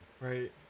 right